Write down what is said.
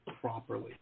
properly